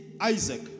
Isaac